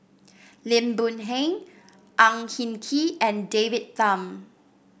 Lim Boon Heng Ang Hin Kee and David Tham